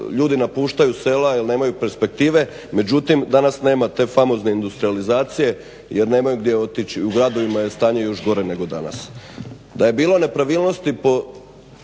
ljudi napuštaju sela jel nema perspektive, međutim danas nema te famozne industrijalizacije jer nemaju gdje otići. U gradovima je stanje još gore nego danas. Da je bilo nepravilnosti po